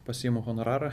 pasiimu honorarą